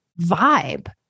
vibe